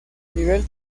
nivel